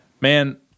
Man